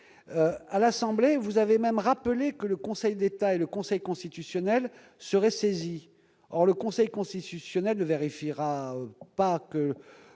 À l'Assemblée nationale, vous avez rappelé que le Conseil d'État et le Conseil constitutionnel seraient saisis. Or le Conseil constitutionnel ne vérifiera pas que